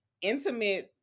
intimate